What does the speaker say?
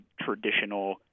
traditional